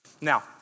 Now